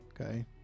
okay